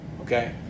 Okay